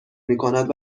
میکند